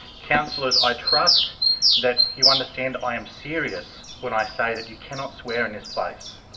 councillors, i trust that you understand i am serious when i say that you cannot swear in this place,